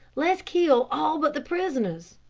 let's kill all but the prisoners.